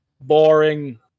boring